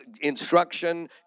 instruction